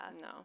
no